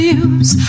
use